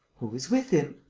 who is with him?